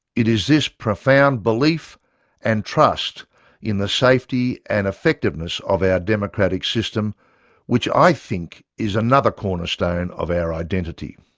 it is this profound belief and trust in the safety and effectiveness of our democratic system which i think is another cornerstone of our identity.